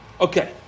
Okay